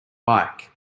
bike